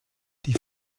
die